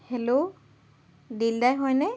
hello Dildar হয়নে